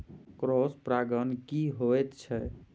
Cross परागण की होयत छै?